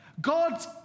God